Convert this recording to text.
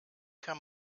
kann